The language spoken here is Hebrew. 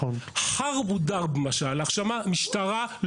חרב ודרב מה שהלך שם, משטרה.